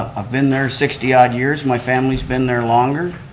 i've been there sixty odd years, my family's been there longer.